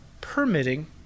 permitting